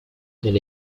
elle